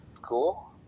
Cool